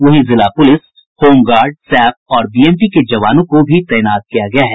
वहीं जिला police home guard SAP और बीएमपी के जवानों को भी तैनात किया गया है